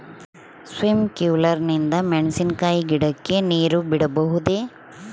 Sprinkler ನಿಂದ ಮೆಣಸಿನಕಾಯಿ ಗಿಡಕ್ಕೆ ನೇರು ಬಿಡಬಹುದೆ?